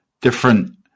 different